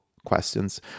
questions